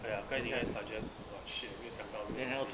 !aiya! 该地应该想 just !wah! shit 我没想到这东西